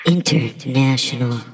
International